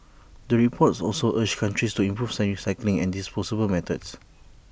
the report is also urged countries to improve recycling and disposal methods